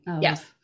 Yes